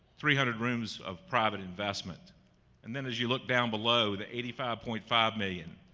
three hundred rooms of private investment and then as you look down below the eighty five point five million.